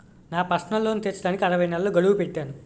నా personal loan తీర్చడానికి అరవై నెలల గడువు పెట్టాను